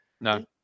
No